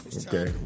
okay